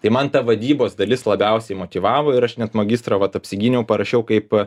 tai man ta vadybos dalis labiausiai motyvavo ir aš net magistrą vat apsigyniau parašiau kaip